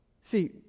See